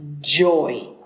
joy